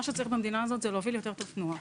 שצריך לעשות במדינה הזאת זה להוביל יותר טוב תנועה.